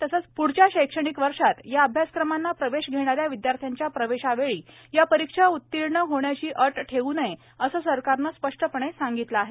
तसंच प्ढच्या शैक्षणिक वर्षात या अभ्यासक्रमांना प्रवेश घेणाऱ्या विद्यार्थ्यांच्या प्रवेशावेळी या परीक्षा उत्तीर्ण होण्याची अट ठेवू नये असं सरकारनं स्पष्टपणे सांगितलं आहे